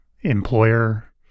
employer